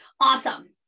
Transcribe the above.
Awesome